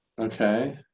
Okay